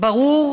ברור